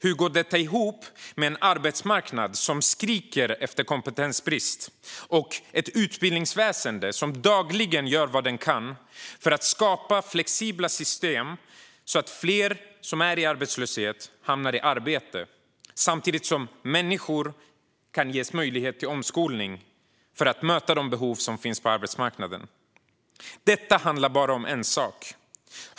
Hur går detta ihop med en arbetsmarknad som skriker av kompetensbrist och ett utbildningsväsen som dagligen gör vad det kan för att skapa flexibla system så att fler som är i arbetslöshet hamnar i arbete samtidigt som människor ges möjlighet till omskolning för att möta de behov som finns på arbetsmarknaden? Detta handlar bara om en sak.